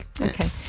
Okay